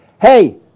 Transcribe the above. Hey